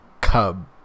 cub